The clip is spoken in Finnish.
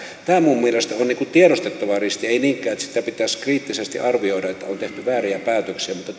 tämä minun mielestäni on tiedostettava riski ei niinkään että sitä pitäisi kriittisesti arvioida että on tehty vääriä päätöksiä mutta